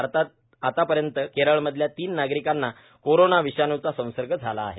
भारतात आत्तापर्यंत केरळमधल्या तीन नागरिकांना कोरोना विषाणूचा संसर्ग झाला आहे